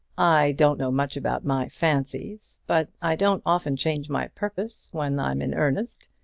i don't know much about my fancies but i don't often change my purpose when i'm in earnest.